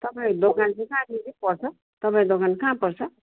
तपाईँको दोकान चाहिँ काँकहाँनिर पर्छ तपाईँको दोकान कहाँ पर्छ